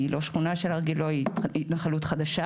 היא לא שכונה של הר גילה, היא התנחלות חדשה.